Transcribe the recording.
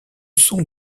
son